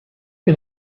can